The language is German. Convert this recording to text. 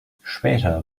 später